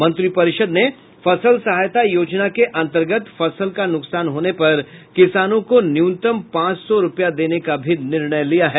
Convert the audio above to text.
मंत्रीपरिषद ने फसल सहायता योजना के अन्तर्गत फसल का नुकसान होने पर किसानों को न्यूनतम पांच सौ रूपया देने का भी निर्णय लिया है